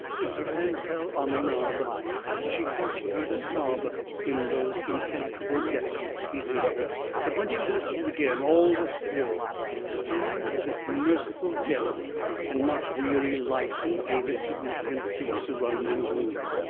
as her hand fell on the knob she thought she heard a sob in those impenetrable depths behind her but when she listened again, all was still still as if merciful death and not weary life gave its significance to the surrounding gloom.